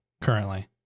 Currently